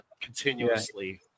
Continuously